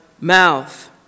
mouth